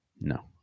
No